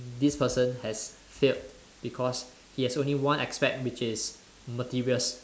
this person has failed because he has only one aspect which is materials